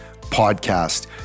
podcast